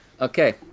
okay